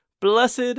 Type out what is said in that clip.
Blessed